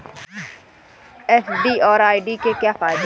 FD और RD के क्या फायदे हैं?